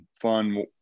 fun